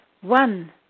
One